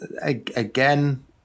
again